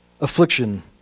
affliction